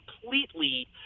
completely